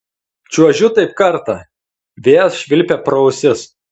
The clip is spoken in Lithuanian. čiuožiu taip kartą vėjas švilpia pro ausis